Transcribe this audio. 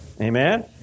Amen